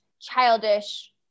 childish